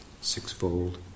Sixfold